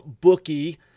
bookie